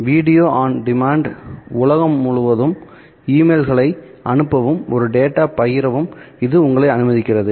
video on demand உலகம் முழுவதும் இமெயில்களை அனுப்பவும் ஒரு டேட்டாவை பகிரவும் இது உங்களை அனுமதிக்கிறது